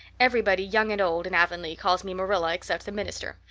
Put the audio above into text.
everybody, young and old, in avonlea calls me marilla except the minister.